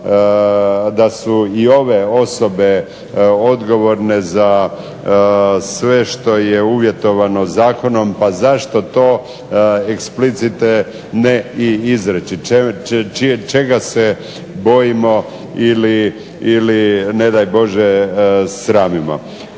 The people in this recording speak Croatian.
da su i ove osobe odgovorne za sve što je uvjetovano zakonom pa zašto to eksplicite i ne izreči, čega se bojimo ili ne daj Bože sramimo.